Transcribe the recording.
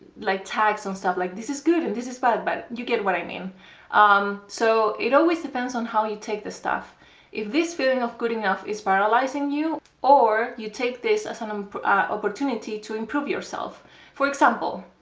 like tags on stuff, like this is good and this bad but you get what i mean um so it always depends on how you take the stuff if this feeling of good enough is paralysing you or you take this as an um opportunity to improve yourself for example,